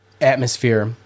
atmosphere